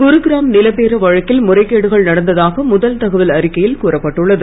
குருகிராம் நில பேர வழக்கில் முறைகேடுகள் நடந்ததாக முதல் தகவல் அறிக்கையில் கூறப்பட்டுள்ளது